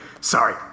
Sorry